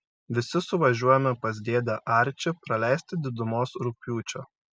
visi suvažiuojame pas dėdę arčį praleisti didumos rugpjūčio